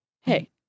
Hey